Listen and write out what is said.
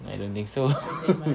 I don't think so